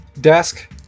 desk